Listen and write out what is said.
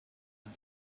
and